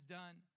done